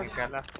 grandma